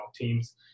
teams